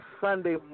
Sunday